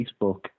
Facebook